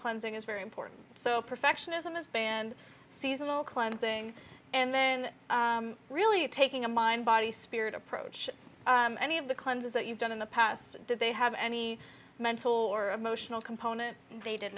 cleansing is very important so perfectionism is banned seasonal cleansing and then really taking a mind body spirit approach any of the cleanse that you've done in the past did they have any mental or emotional component they did